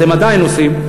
אתם עדיין עושים,